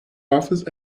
office